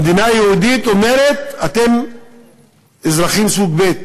המדינה היהודית אומרת: אתם אזרחים סוג ב'.